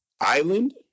Island